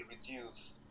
reduce